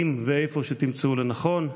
אם ואיפה שתמצאו לנכון.